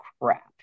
crap